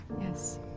yes